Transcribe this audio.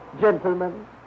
Gentlemen